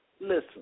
listen